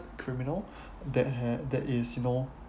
criminal that ha~ that is you know